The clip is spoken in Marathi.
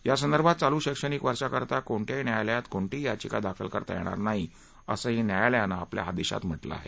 यासंदर्भात चालू शैक्षणिक वर्षाकरता कोणत्याही न्यायालयात कोणतीही याचिका दाखल करता येणार नाही असं न्यायालयानं आपल्या आदेशात म्हालें आहे